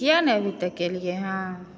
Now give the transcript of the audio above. किया नहि अभी तक एलियै हँ